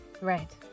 Right